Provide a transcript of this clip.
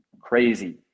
crazy